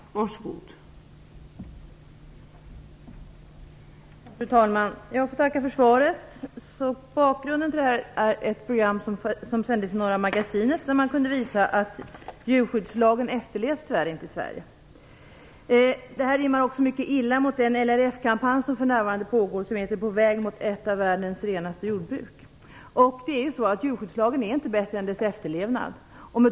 Fru talman! Jag får tacka för svaret. Bakgrunden till min interpellation är ett inslag i Norra Magasinet, där man påvisade att djurskyddslagen tyvärr inte efterlevs här i Sverige. Detta rimmar mycket illa med den LRF-kampanj som för närvarande pågår och som har devisen På väg mot ett av världens renaste jordbruk. Djurskyddslagen är inte bättre än dess efterlevnad.